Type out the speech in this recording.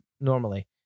Normally